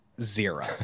Zero